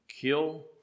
kill